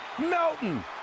Melton